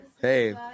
hey